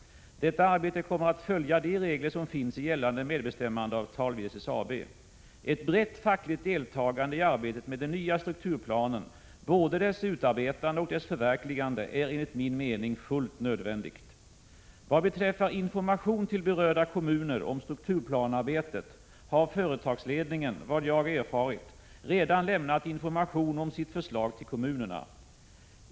Detta arbete kommer att följa de regler som finns i gällande medbestämmandeavtal vid SSAB. Ett brett fackligt deltagande i arbetet med den nya strukturplanen — både dess utarbetande och dess förverkligande — är enligt min mening fullt nödvändigt. Vad beträffar information till berörda kommuner om strukturplanearbetet har företagsledningen — såvitt jag erfarit — redan lämnat information om sitt förslag till kommunerna.